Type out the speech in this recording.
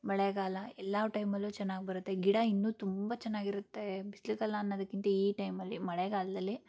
ಮಳೆಗಾಲ ಎಲ್ಲ ಟೈಮಲ್ಲೂ ಚೆನ್ನಾಗಿ ಬರುತ್ತೆ ಗಿಡ ಇನ್ನೂ ತುಂಬ ಚೆನ್ನಾಗಿರುತ್ತೆ ಬಿಸಿಲುಗಾಲ ಅನ್ನೋದಕ್ಕಿಂತ ಈ ಟೈಮಲ್ಲಿ ಮಳೆಗಾಲದಲ್ಲಿ